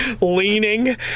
leaning